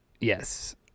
Yes